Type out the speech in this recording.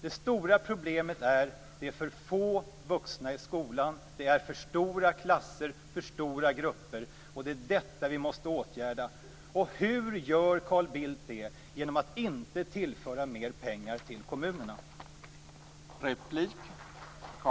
Det stora problemet är att det är för få vuxna i skolan. Det är för stora klasser, för stora grupper. Det är detta vi måste åtgärda. Hur gör Carl Bildt det när han inte vill tillföra mer pengar till kommunerna?